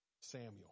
Samuel